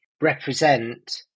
represent